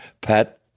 Pat